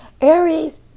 Aries